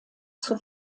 zur